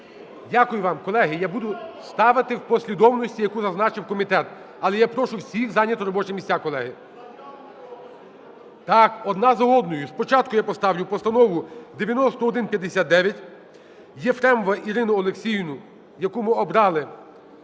Дякую вам. Колеги, я буду ставити в послідовності, яку зазначив комітет. Але я прошу всіх зайняти робочі місця, колеги. Так, одна за одною. Спочатку я поставлю Постанову 9159 – Єфремову Ірину Олексіївну, яку ми обрали